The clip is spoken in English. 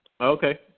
Okay